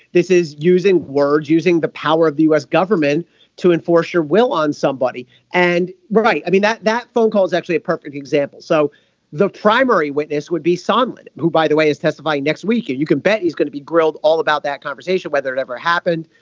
this is using words using the however the u s. government to enforce your will on somebody and right. i mean that that phone call is actually a perfect example. so the primary witness would be someone who by the way is testifying next week. and you can bet he's going to be grilled all about that conversation whether it ever happened.